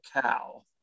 cow